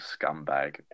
scumbag